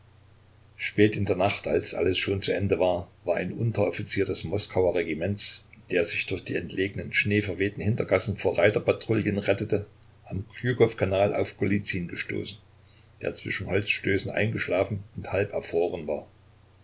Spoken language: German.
spät in der nacht als alles schon zu ende war war ein unteroffizier des moskauer regiments der sich durch die entlegenen schneeverwehten hintergassen vor reiterpatrouillen rettete am krjukow kanal auf golizyn gestoßen der zwischen holzstößen eingeschlafen und halb erfroren war